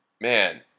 man